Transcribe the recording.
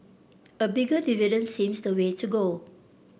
a bigger dividend seems the way to go